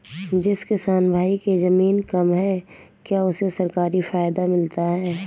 जिस किसान भाई के ज़मीन कम है क्या उसे सरकारी फायदा मिलता है?